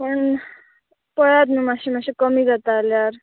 पण पळयात न्हू माश्शें मातशें कमी जाता जाल्यार